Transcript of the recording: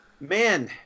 Man